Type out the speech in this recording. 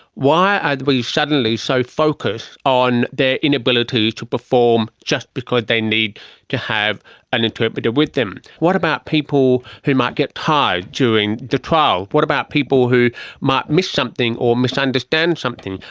why are we suddenly so focused on their inability to perform just because they need to have an interpreter with them? what about people who might get tired during the trial, what about people who might miss something or misunderstand something?